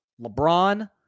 LeBron